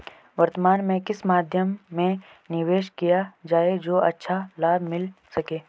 वर्तमान में किस मध्य में निवेश किया जाए जो अच्छा लाभ मिल सके?